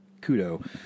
kudo